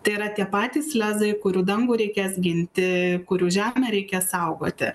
tai yra tie patys lezai kurių dangų reikės ginti kurių žemę reikės saugoti